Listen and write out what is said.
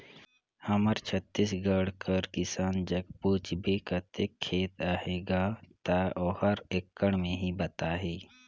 हमर छत्तीसगढ़ कर किसान जग पूछबे कतेक खेत अहे गा, ता ओहर एकड़ में ही बताही